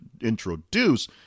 introduce